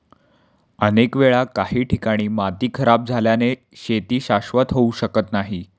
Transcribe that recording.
अनेक वेळा काही ठिकाणी माती खराब झाल्याने शेती शाश्वत होऊ शकत नाही